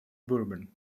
bourbon